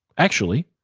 actually,